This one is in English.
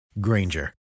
Granger